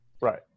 Right